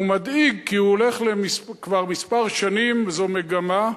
הוא מדאיג כי כבר כמה שנים זאת מגמה,